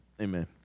Amen